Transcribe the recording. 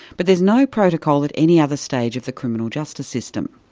but there's no protocol at any other stage of the criminal justice system.